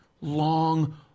long